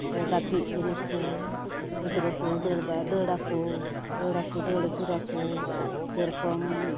ᱜᱟᱛᱮᱜ ᱡᱤᱱᱤᱥᱠᱩ ᱜᱤᱫᱽᱨᱟᱹᱠᱩ ᱫᱟᱹᱲᱵᱟᱲᱟ ᱫᱟᱹᱲᱟᱠᱩ ᱫᱟᱹᱲᱟᱠᱩ ᱫᱟᱹᱲ ᱟᱹᱪᱩᱨᱟᱠᱩ ᱡᱮᱨᱚᱠᱚᱢ